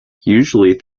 usually